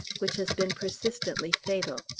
which has been persistently fatal.